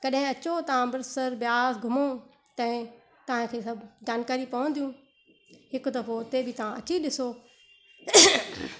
कॾहिं अचो तव्हां अमृतसर ब्यास घुमो तैं तव्हांखे सभु जानकारी पवंदियूं हिकु दफ़ो हुते बि तव्हां अची ॾिसो